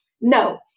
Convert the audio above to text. No